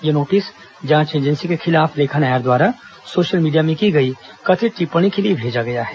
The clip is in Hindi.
यह नोटिस जांच एजेंसी के खिलाफ रेखा नायर द्वारा सोशल मीडिया में की गई कथित टिप्पणी के लिए भेजा गया है